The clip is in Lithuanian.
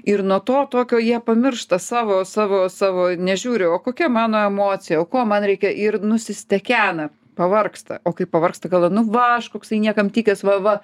ir nuo to tokio jie pamiršta savo savo savo nežiūri o kokia mano emocija o ko man reikia ir nusistekena pavargsta o kai pavargsta galvoja nu va aš koksai niekam tikęs va va